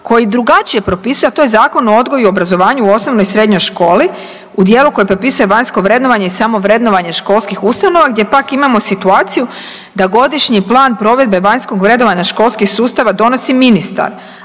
koji drugačije propisuje, a to je Zakon o odgoju i obrazovanju u osnovnoj i srednjoj školi u dijelu koji propisuje vanjsko vrednovanje i samovrednovanje školskih ustanova gdje pak imamo situaciju da Godišnji plan provedbe vanjskog vrednovanja školskih sustava donosi ministar,